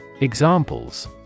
Examples